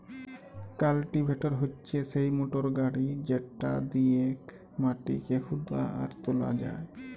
cultivator হচ্যে সিই motor গাড়ি যেটা দিয়েক মাটি হুদা আর তোলা হয়